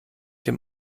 dem